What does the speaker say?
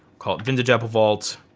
call it vintage apple vault